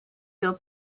feel